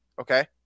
Okay